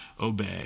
obey